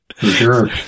sure